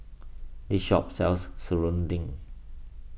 this shop sells Serunding